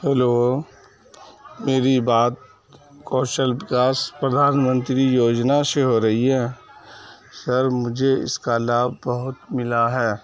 hello میری بات کوشل وکاس پردھان منتری یوجنا سے ہو رہی ہے سر مجھے اس کا لابھ بہت ملا ہے